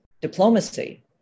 diplomacy